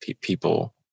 people